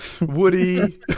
Woody